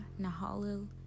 Nahalil